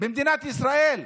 במדינת ישראל: